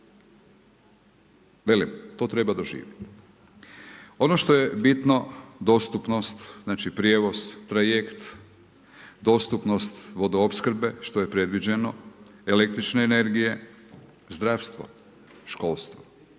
to treba doživjeti. Ono što je bitno dostupnost, znači prijevoz, trajekt, dostupnost vodoopskrbe što je predviđeno, električne energije, zdravstvo, školstvo.